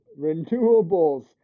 renewables